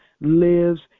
lives